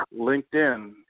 LinkedIn